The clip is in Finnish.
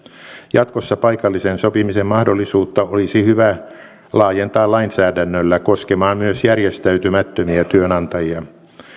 jatkossa paikallisen sopimisen mahdollisuutta olisi hyvä laajentaa lainsäädännöllä koskemaan myös järjestäytymättömiä työnantajia